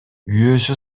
күйөөсү